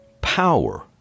power